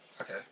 Okay